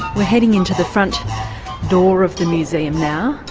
we're heading in to the front door of the museum now